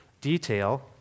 detail